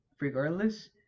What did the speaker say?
regardless